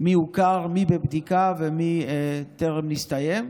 מי הוכר, מי בבדיקה ומי טרם נסתיים.